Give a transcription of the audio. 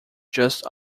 just